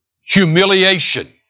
humiliation